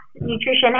nutrition